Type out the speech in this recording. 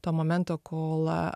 to momento kol